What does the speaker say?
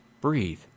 breathe